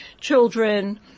Children